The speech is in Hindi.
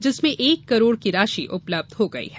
जिसमें एक करोड़ की राशि उपलब्ध हो गई है